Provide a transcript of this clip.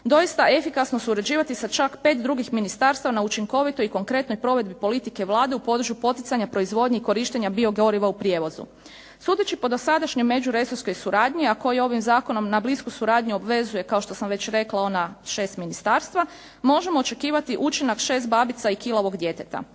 doista efikasno surađivati sa čak pet drugih ministarstava na učinkovitoj i konkretnoj provedbi politike Vlade u području poticanja proizvodnje i korištenja biogoriva u prijevozu. Sudeći po dosadašnjoj međuresorskoj suradnji a koji ovim zakonom na blisku suradnju obvezuje kao što sam već rekla ona šest ministarstva možemo očekivati učinak šest babica i kilavog djeteta.